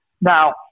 Now